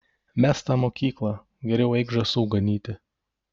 mesk tą mokyklą geriau eik žąsų ganyti